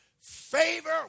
favor